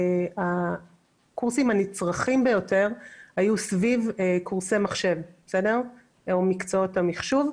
הקורסים הנצרכים ביותר היו סביב קורסי מחשב או מקצועות המחשוב,